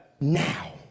now